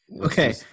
Okay